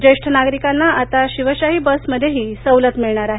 ज्येष्ठ नागरिकांना आता शिवशाही बसमध्येही सवलत मिळणार आहे